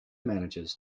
managers